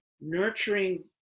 nurturing